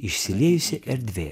išsiliejusi erdvė